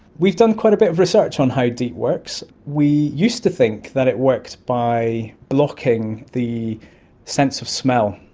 we've done quite a bit of research on how deet works. we used to think that it worked by blocking the sense of smell.